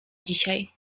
dzisiaj